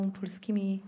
polskimi